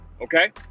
Okay